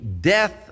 death